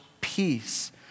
peace